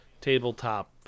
tabletop